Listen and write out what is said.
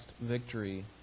victory